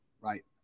Right